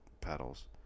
paddles